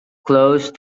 close